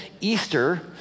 Easter